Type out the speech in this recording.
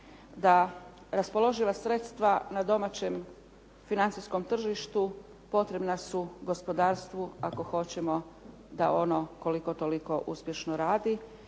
da raspoloživa sredstva na domaćem financijskom tržištu potrebna su gospodarstvu ako hoćemo da ono koliko-toliko uspješno radi